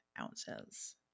ounces